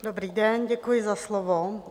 Dobrý den, děkuji za slovo.